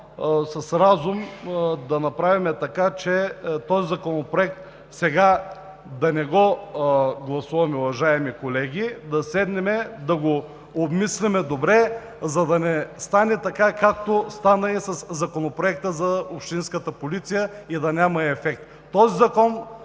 с разум да направим така, че да не гласуваме сега този законопроект, уважаеми колеги, а да седнем да го обмислим добре, за да не стане така, както стана и със Законопроекта за общинската полиция, и да няма ефект. Този закон